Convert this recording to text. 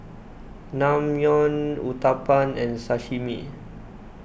Naengmyeon Uthapam and Sashimi